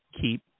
keep